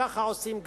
כך עושים גם,